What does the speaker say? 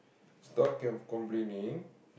stop cam~ complaining